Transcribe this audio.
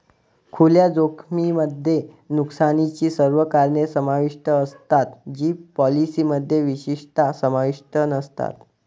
खुल्या जोखमीमध्ये नुकसानाची सर्व कारणे समाविष्ट असतात जी पॉलिसीमध्ये विशेषतः समाविष्ट नसतात